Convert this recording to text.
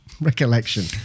recollection